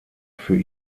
für